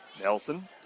Nelson